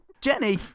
Jenny